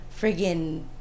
friggin